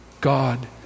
God